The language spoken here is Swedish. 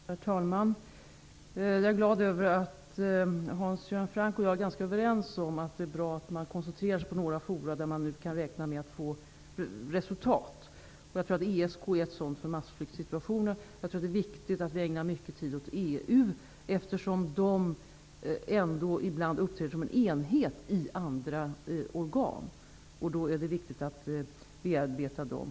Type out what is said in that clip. Herr talman! Jag är glad över att Hans Göran Franck och jag är ganska överens om att det är bra att man koncentrerar sig på några forum där man kan räkna med att få resultat. När det gäller massflyktssituationen tror jag att ESK är ett sådant. Jag tror att det är viktigt att vi ägnar mycket tid åt EU eftersom de ibland uppträder som en enhet i andra organ. Då är det viktigt att bearbeta dem.